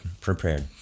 prepared